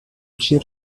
she